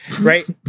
right